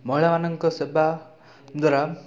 ମହିଳାମାନଙ୍କ ସେବା ଦ୍ୱାରା